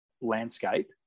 landscape